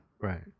Right